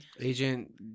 Agent